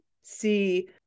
see